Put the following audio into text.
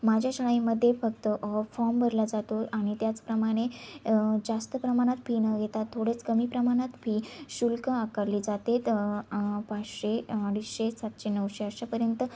माझ्या शाळेमध्ये फक्त फॉम भरला जातो आणि त्याचप्रमाणे जास्त प्रमाणात फी न घेतात थोडेच कमी प्रमाणात फी शुल्क आकारली जाते पाचशे अडीचशे सातशे नऊशे अशापर्यंत